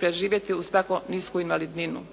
preživjeti uz tako nisku invalidninu.